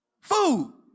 Food